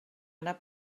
anar